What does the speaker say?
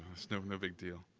no no big deal.